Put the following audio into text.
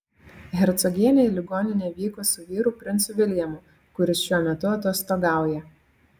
hercogienė į ligoninę vyko su vyru princu viljamu kuris šiuo metu atostogauja